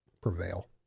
prevail